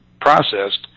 processed